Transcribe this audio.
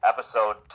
Episode